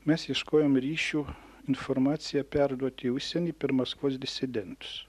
mes ieškojom ryšių informaciją perduoti į užsienį per maskvos disidentus